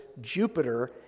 Jupiter